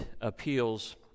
appeals